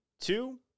Two